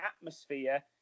atmosphere